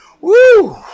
Woo